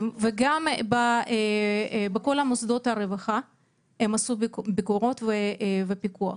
גם בכל מוסדות הרווחה עשו ביקורות ופיקוח.